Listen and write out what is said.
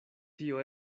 tio